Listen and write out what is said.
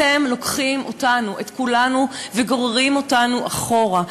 אתם לוקחים אותנו, את כולנו, וגוררים אותנו אחורה.